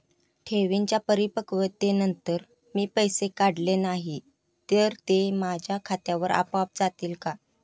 ठेवींच्या परिपक्वतेनंतर मी पैसे काढले नाही तर ते माझ्या खात्यावर आपोआप जातील का?